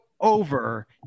over